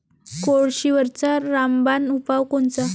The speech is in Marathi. कोळशीवरचा रामबान उपाव कोनचा?